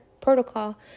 protocol